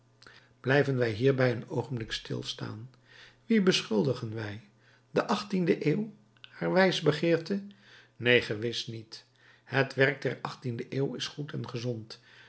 blijven wij hierbij een oogenblik stilstaan wie beschuldigen wij de achttiende eeuw haar wijsbegeerte neen gewis niet het werk der achttiende eeuw is goed en gezond